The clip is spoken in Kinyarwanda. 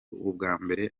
ubwambere